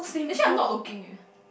actually I'm not looking eh